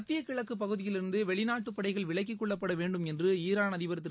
மத்திய கிழக்கு பகுதியிலிருந்து வெளிநாட்டுப் படைகள் விலக்கிக்கொள்ளப்பட வேண்டும் என்று ஈரான் அதிபர் திரு